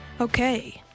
Okay